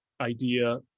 idea